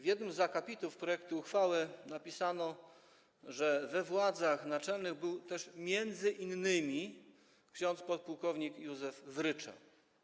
W jednym z akapitów projektu uchwały napisano, że we władzach naczelnych był też m.in. ks. ppłk Józef Wrycza.